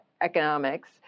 Economics